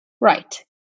right